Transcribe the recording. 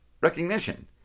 recognition